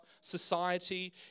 society